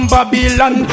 Babylon